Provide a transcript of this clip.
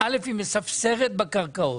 היא מספסרת בקרקעות.